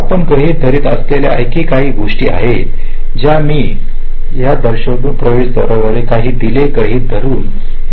आपण गृहित धरत असलेल्या आणखी काही गोष्टी आहेत ज्या मी आतून दर्शविलेल्या या प्रवेशद्वारांचे काही डीले गृहीत धरत आहोत